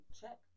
check